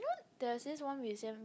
there's this one museum